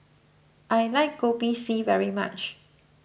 I like Kopi C very much